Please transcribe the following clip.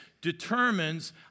determines